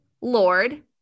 Lord